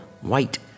white